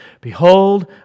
Behold